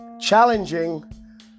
challenging